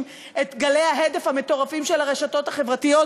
את גלי ההדף המטורפים של הרשתות החברתיות,